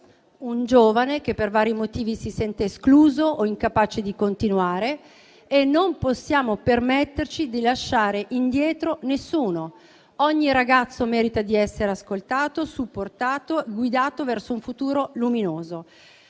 un giovane che per vari motivi si sente escluso o incapace di continuare e non possiamo permetterci di lasciare indietro nessuno. Ogni ragazzo merita di essere ascoltato, supportato e guidato verso un futuro luminoso.